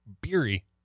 beery